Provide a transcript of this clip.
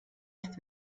ist